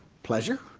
pleasure,